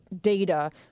data